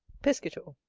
piscator.